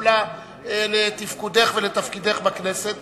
כולה על תפקודך ועל תפקידך בכנסת.